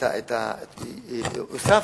הוספתי,